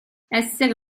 essere